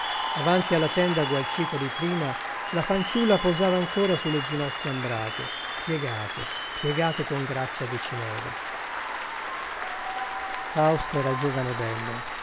avanti alla tenda gualcita di trina la fanciulla posava ancora sulle ginocchia ambrate piegate piegate con grazia di cinedo faust era giovane e bello